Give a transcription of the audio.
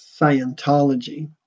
Scientology